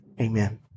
Amen